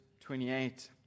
28